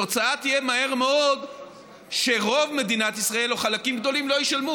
התוצאה תהיה מהר מאוד שרוב מדינת ישראל או חלקים גדולים לא ישלמו,